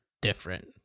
different